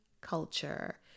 culture